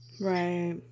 Right